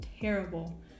terrible